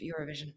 Eurovision